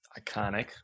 Iconic